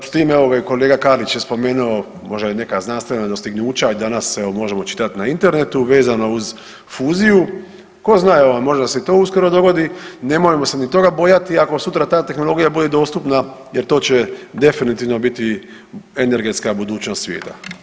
S tim evo ga i kolega Karlić je spomenuo možda i neka znanstvena dostignuća i danas evo možemo čitat na internetu vezano uz fuziju, ko zna evo možda se to uskoro dogodi, nemojmo se ni toga bojati ako sutra ta tehnologija bude dostupna jer to će definitivno biti energetska budućnost svijeta.